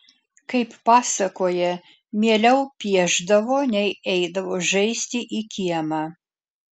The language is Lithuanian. kaip pasakoja mieliau piešdavo nei eidavo žaisti į kiemą